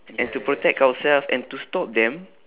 and to protect ourselves and to stop them